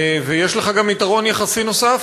ויש לך גם יתרון יחסי נוסף,